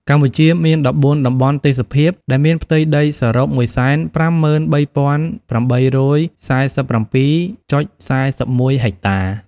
កម្ពុជាមាន ១៤ តំបន់ទេសភាព ដែលមានផ្ទៃដីសរុប ១៥៣,៨៤៧.៤១ ហិកតា។